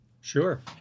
Sure